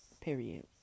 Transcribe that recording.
Period